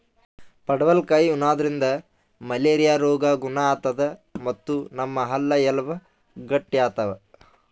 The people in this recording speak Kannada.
ಪಡವಲಕಾಯಿ ಉಣಾದ್ರಿನ್ದ ಮಲೇರಿಯಾ ರೋಗ್ ಗುಣ ಆತದ್ ಮತ್ತ್ ನಮ್ ಹಲ್ಲ ಎಲಬ್ ಗಟ್ಟಿ ಆತವ್